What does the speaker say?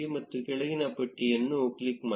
ಮತ್ತು ಕೆಳಗಿನ ಪಟ್ಟಿಯನ್ನು ಕ್ಲಿಕ್ ಮಾಡಿ